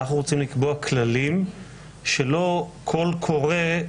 אנחנו רוצים לקבוע כללים שלא כל קורא,